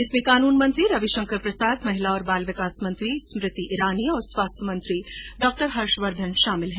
इसमें कानून मंत्री रविशंकर प्रसाद महिला और बाल विकास मंत्री स्मृति ईरानी और स्वास्थ्य मंत्री डॉ हर्षवर्द्वन शामिल हैं